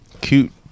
Cute